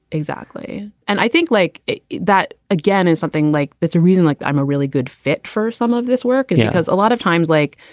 exactly. and i think like that, again, is something like that's a reason like i'm a really good fit for some of this work, because a lot of times, like,